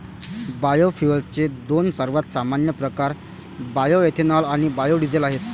बायोफ्युएल्सचे दोन सर्वात सामान्य प्रकार बायोएथेनॉल आणि बायो डीझेल आहेत